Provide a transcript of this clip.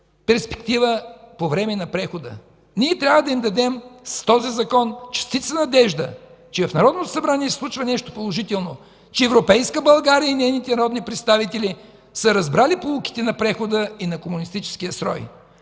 перспектива по време на прехода. С този закон ние трябва да им дадем частица надежда, че в Народното събрание се случва нещо положително, че европейска България и нейните народни представители са разбрали поуките на прехода и на комунистическия строй.